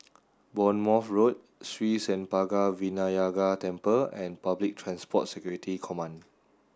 Bournemouth Road Sri Senpaga Vinayagar Temple and Public Transport Security Command